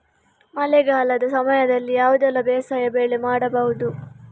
ಮಳೆಗಾಲದ ಸಮಯದಲ್ಲಿ ಯಾವುದೆಲ್ಲ ಬೇಸಾಯ ಬೆಳೆ ಮಾಡಬಹುದು?